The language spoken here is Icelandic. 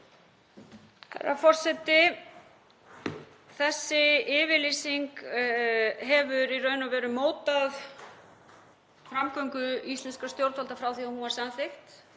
Þessi yfirlýsing hefur í raun og veru mótað framgöngu íslenskra stjórnvalda frá því að hún var samþykkt.